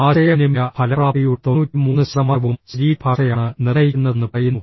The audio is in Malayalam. ആശയവിനിമയ ഫലപ്രാപ്തിയുടെ 93 ശതമാനവും ശരീരഭാഷയാണ് നിർണ്ണയിക്കുന്നതെന്ന് പറയുന്നു